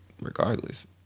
regardless